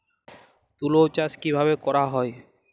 তুলো চাষ কিভাবে করা হয়?